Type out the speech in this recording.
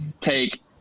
take